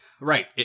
Right